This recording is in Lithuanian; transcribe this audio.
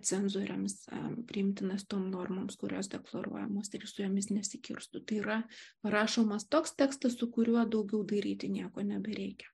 cenzoriams ar priimtinas tom normoms kurios deklaruojamos ir su jomis nesikirstų tai yra rašomas toks tekstas su kuriuo daugiau daryti nieko nebereikia